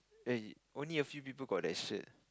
a only a few people got that shirt